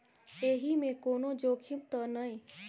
एहि मे कोनो जोखिम त नय?